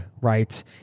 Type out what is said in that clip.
right